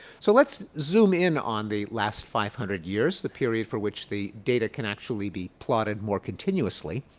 so let's zoom in on the last five hundred years the period for which the data can actually be plotted more continuously.